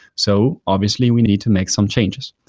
so obviously we need to make some changes.